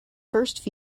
first